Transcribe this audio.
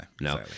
No